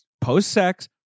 post-sex